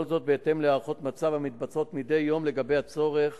כל זאת בהתאם להערכות מצב המתבצעות מדי יום לגבי הצורך